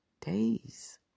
days